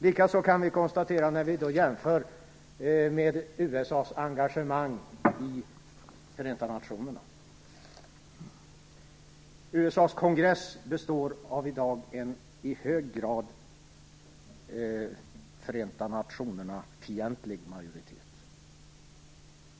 Samma sak kan vi konstatera när vi jämför med USA:s engagemang i Förenta nationerna. USA:s kongress består i dag av en majoritet som i hög grad är fientlig mot Förenta nationerna.